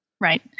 Right